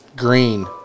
Green